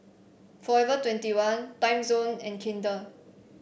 forever twenty one Timezone and Kinder